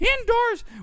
indoors